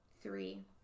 three